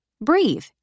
breathe